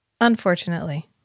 unfortunately